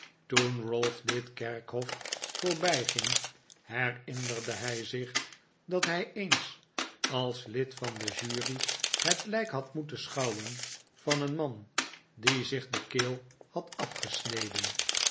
toen ralph dit kerkhof voorbij ging herinnerde hij zich dat hij eens als lid van de jury het lijk had moeten schouwen van een man die zich de keel had afgesneden